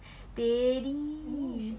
steady